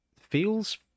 feels